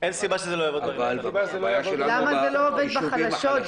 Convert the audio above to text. אין סיבה שזה לא יעבוד --- אבל הבעיה שלנו היא ביישובים החלשים.